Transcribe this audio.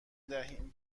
دهیم